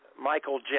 Michael